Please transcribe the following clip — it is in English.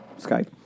Skype